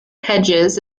hedges